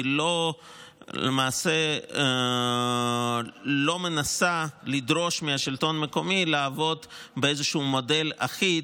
היא למעשה לא מנסה לדרוש מהשלטון המקומי לעבוד באיזשהו מודל אחיד,